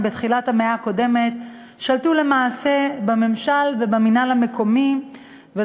בתחילת המאה הקודמת שלטו למעשה בממשל ובמינהל המקומי שלהן,